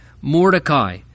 Mordecai